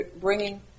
bringing